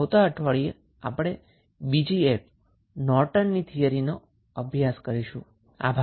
આવતા અઠવાડીયે આપણે બીજા થિયરમનો અભ્યાસ કરીશું જે નોર્ટનની થીયરમ તરીકે ઓળખાય છે